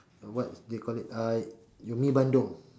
what they call it uh your mee-bandung